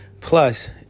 plus